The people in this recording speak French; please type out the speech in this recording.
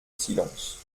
silence